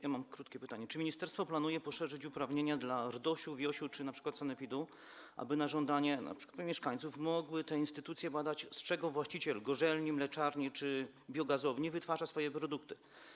Ja mam krótkie pytanie: Czy ministerstwo planuje poszerzyć uprawnienia dla RDOŚ, GIOŚ czy np. sanepidu, tak aby na żądanie np. mieszkańców te instytucje mogły badać, z czego właściciel gorzelni, mleczarni czy biogazowni wytwarza swoje produkty?